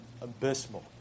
abysmal